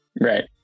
right